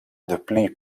dapli